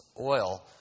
oil